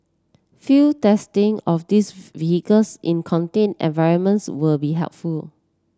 field testing of these vehicles in contained environments will be helpful